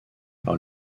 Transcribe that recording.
par